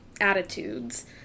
attitudes